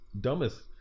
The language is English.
dumbest